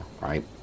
right